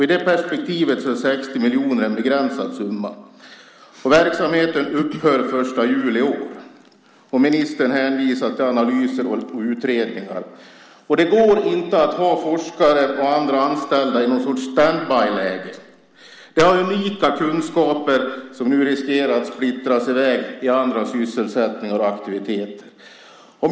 I det perspektivet är 60 miljoner en begränsad summa. Verksamheten upphör den 1 juli i år. Ministern hänvisar till analyser och utredningar. Det går inte att ha forskare och andra anställda i något slags standbyläge. De har unika kunskaper som nu riskerar att splittras till andra sysselsättningar och aktiviteter.